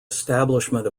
establishment